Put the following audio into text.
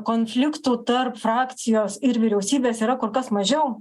konfliktų tarp frakcijos ir vyriausybės yra kur kas mažiau